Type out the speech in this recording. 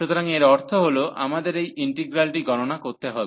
সুতরাং এর অর্থ আমাদের এই ইন্টিগ্রালটি গণনা করতে হবে